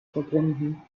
verbunden